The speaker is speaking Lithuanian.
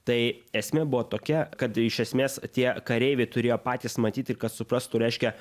tai esmė buvo tokia kad iš esmės tie kareiviai turėjo patys matyt ir kad suprastų reiškia